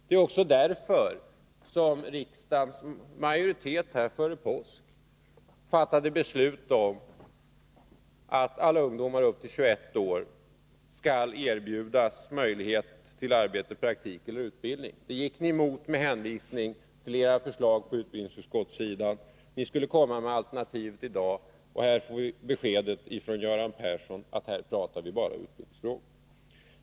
Det är också därför som riksdagens majoritet före påsk fattade beslut om att alla ungdomar upp till 21 år skall erbjudas möjlighet till arbete, praktik eller utbildning. Det gick ni socialdemokrater emot med hänvisning till ert förslag inom utbildningsutskottet. Ni skulle komma med alternativ i dag, och här får vi beskedet från Göran Persson att vi bara pratar utbildningsfrågor.